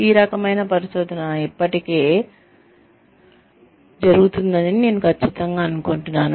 ఈ రకమైన పరిశోధన ఇప్పటికే జరుగుతోందని నేను ఖచ్చితంగా అనుకుంటున్నాను